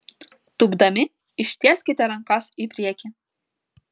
tūpdami ištieskite rankas į priekį